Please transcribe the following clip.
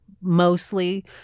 mostly